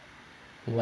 what